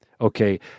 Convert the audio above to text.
Okay